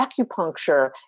acupuncture